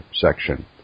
section